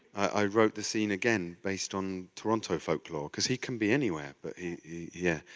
i wrote the scene again based on toronto folklore cause he can be anywhere, but yeah.